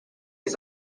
his